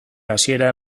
hasiera